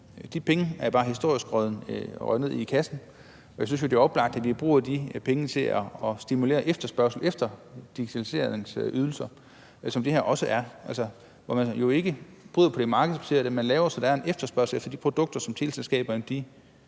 De penge er bare historisk set røget ned i kassen. Jeg synes jo, det er oplagt, at vi bruger de penge på at stimulere efterspørgslen efter digitaliseringsydelser, som det her også er. Man bryder jo ikke med det markedsbaserede, men man laver det, så der er en efterspørgsel efter de produkter, som teleselskaberne